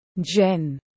Jen